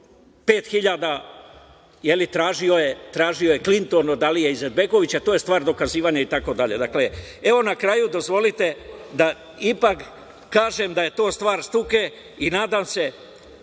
hiljada, tražio je Klinton od Alije Izetbegovića, to je stvar dokazivanja itd. Na kraju dozvolite da ipak kažem da je to stvar struke. Nadam se